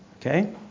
Okay